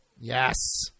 Yes